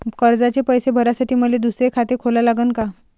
कर्जाचे पैसे भरासाठी मले दुसरे खाते खोला लागन का?